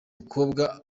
mukobwa